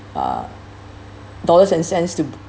uh dollars and cents to